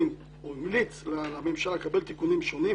להמליץ לממשלה לקבל תיקונים שונים,